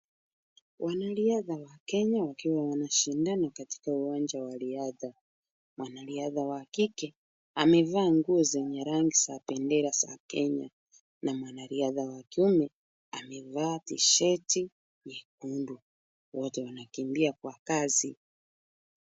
Wanariadha wa Kenya wakiwa wanashindana katika uwanja wa riadha. Mwanariadha wa kike amevaa nguo zenye rangi za bendera za Kenya na mwanariadha wa kiume amevaa tisheti nyekundu .Wote wanakimbia kwa kasi.